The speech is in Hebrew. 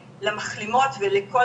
חיים טובה ואורח חיים בריא,